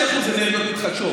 באלבניה יש 95% אנרגיות מתחדשות,